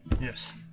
Yes